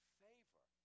favor